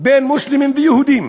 בין מוסלמים ויהודים,